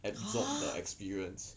!huh!